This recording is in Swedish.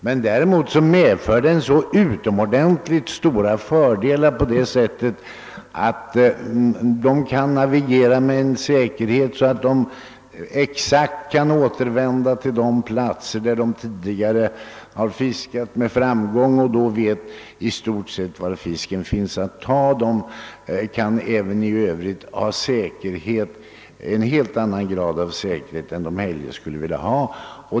Den innebär emellertid utomordentligt stora fördelar på det sättet att fiskarna kan navigera med sådan säkerhet att de kan återvända exakt till de platser där de tidigare fiskat med framgång och där de i stort sett vet att fisken finns att ta. De kan även i övrigt navigera under en helt annan grad av säkerhet än eljest.